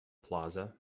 plaza